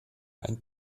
ein